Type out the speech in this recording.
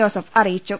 Joseph അറിയിച്ചു